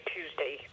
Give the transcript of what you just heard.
Tuesday